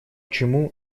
чему